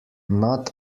not